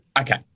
Okay